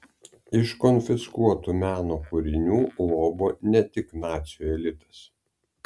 iš konfiskuotų meno kūrinių lobo ne tik nacių elitas